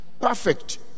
perfect